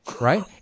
Right